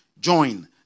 join